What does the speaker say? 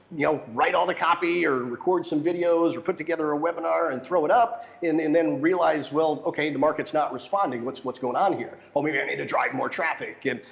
you know, write all the copy, or record some videos, or put together a webinar and throw it up and then then realize, well, okay the market's not responding, what's what's going on here? well, maybe i need to drive more traffic. and,